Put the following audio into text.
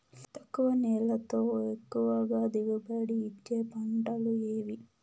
తక్కువ నీళ్లతో ఎక్కువగా దిగుబడి ఇచ్చే పంటలు ఏవి?